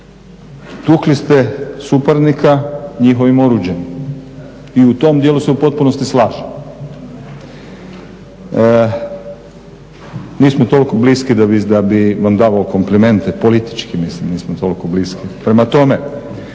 Tukli ste suparnika njihovim oruđem i u tom dijelu se u potpunosti slažem. Nismo toliko blisku da bi vam davao komplimente, politički mislim nismo toliko bliski.